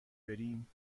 بریم